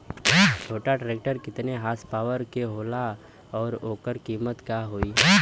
छोटा ट्रेक्टर केतने हॉर्सपावर के होला और ओकर कीमत का होई?